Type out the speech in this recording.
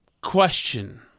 question